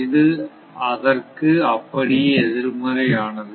இது அதற்கு அப்படியே எதிர்மறையானது